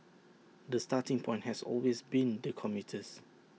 the starting point has always been the commuters